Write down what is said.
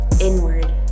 inward